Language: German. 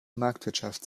marktwirtschaft